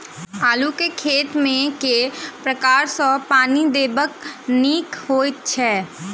आलु केँ खेत मे केँ प्रकार सँ पानि देबाक नीक होइ छै?